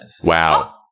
Wow